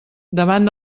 davant